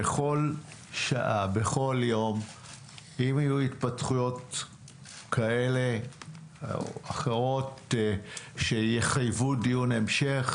בכל יום ובכל שעה אם יהיו התפתחויות כאלה או אחרות שיחייבו דיון המשך